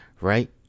right